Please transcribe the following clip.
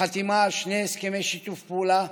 חתימה על שני הסכמי שיתוף פעולה,